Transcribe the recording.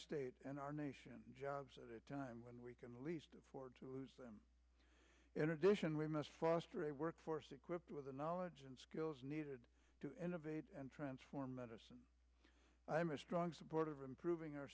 state and our nation jobs at a time when we can least afford to lose them in addition we must foster a workforce equipped with the knowledge and skills needed to innovate and transform medicine i'm a strong supporter of improving our